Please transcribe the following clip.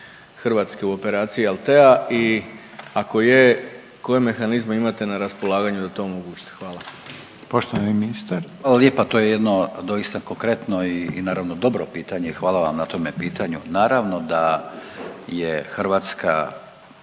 Hrvatske u operaciji Althea i ako je koje mehanizme imate na raspolaganju da to omogućite? Hvala. **Reiner, Željko (HDZ)** Poštovani ministar. **Grlić Radman, Gordan (HDZ)** Hvala lijepa, to je jedno doista konkretno i naravno dobro pitanje i hvala vam na tome pitanju. Naravno da je Hrvatska